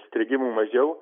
strigimų mažiau